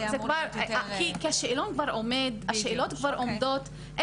כי השאלון כבר עומד, השאלות כבר עומדות.